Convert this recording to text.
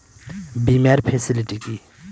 বীমার ফেসিলিটি কি?